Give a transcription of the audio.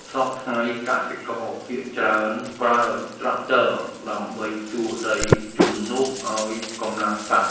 សព្វថ្ងៃ កសិករភាគច្រើនប្រើត្រាក់ទ័រដើម្បីភ្ជួរដីជំនួសឱ្យកម្លាំងសត្វ។